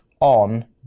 on